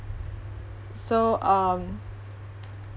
so um